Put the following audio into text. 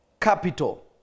capital